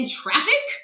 traffic